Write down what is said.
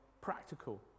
practical